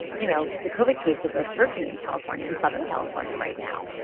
you know, the covered cases are searching in california and southern california right now.